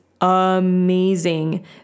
amazing